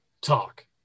talk